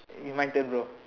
eh my turn bro